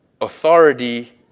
authority